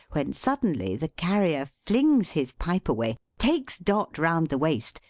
when suddenly the carrier flings his pipe away, takes dot round the waist,